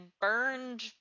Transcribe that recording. burned